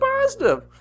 positive